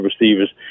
receivers